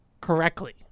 correctly